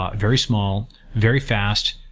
ah very small, very fast,